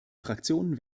fraktion